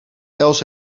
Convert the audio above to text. els